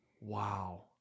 Wow